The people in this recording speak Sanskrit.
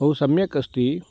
बहु सम्यक् अस्ति